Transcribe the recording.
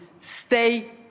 stay